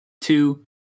two